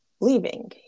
leaving